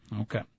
Okay